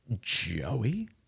Joey